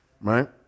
right